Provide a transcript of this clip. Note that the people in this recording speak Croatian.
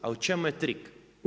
A u čemu je trik?